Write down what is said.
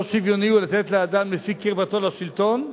לא שוויוני הוא לתת לאדם לפי קרבתו לשלטון,